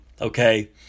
Okay